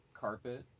carpet